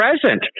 present